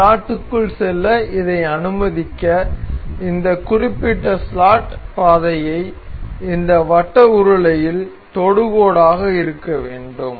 இந்த ஸ்லாட்டுக்குள் செல்ல இதை அனுமதிக்க இந்த குறிப்பிட்ட ஸ்லாட் பாதை இந்த வட்ட உருளையில் தொடுகோடாக இருக்க வேண்டும்